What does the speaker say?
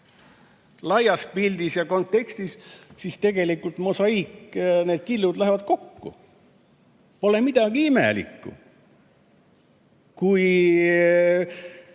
laias pildis ja kontekstis, siis tegelikult mosaiigikillud lähevad kokku. Pole midagi imelikku, kui